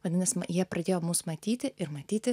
vadinas jie pradėjo mus matyti ir matyti